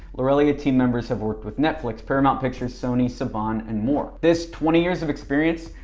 lorelia team members have worked with netflix, paramount pictures, sony, saban, and more. this twenty years of experience,